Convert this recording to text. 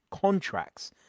contracts